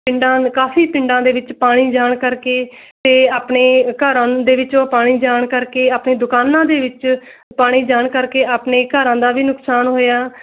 ਪਿੰਡਾਂ ਕਾਫੀ ਪਿੰਡਾਂ ਦੇ ਵਿੱਚ ਪਾਣੀ ਜਾਣ ਕਰਕੇ ਅਤੇ ਆਪਣੇ ਘਰ ਆਉਣ ਦੇ ਵਿੱਚ ਉਹ ਪਾਣੀ ਜਾਣ ਕਰਕੇ ਆਪਣੀ ਦੁਕਾਨਾਂ ਦੇ ਵਿੱਚ ਪਾਣੀ ਜਾਣ ਕਰਕੇ ਆਪਣੇ ਘਰਾਂ ਦਾ ਵੀ ਨੁਕਸਾਨ ਹੋਇਆ